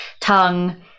tongue